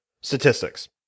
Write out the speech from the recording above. statistics